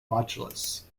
modulus